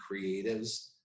creatives